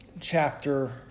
chapter